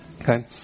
Okay